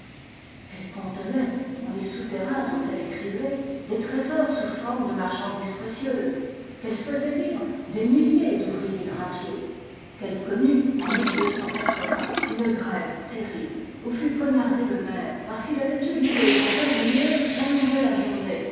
qu'elle contenait dans les souterrains dont elle est criblée des trésors sous forme de marchandises précieuses qu'elle faisait vivre des milliers d'ouvriers drapiers qu'elle connut en une grève terrible où fut poignardé le maire parce qu'il avait eu l'idée trop ingénieuse d'allonger la journée